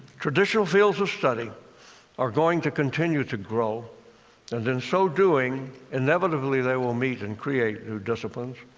traditional fields of study are going to continue to grow and in so doing, inevitably they will meet and create new disciplines.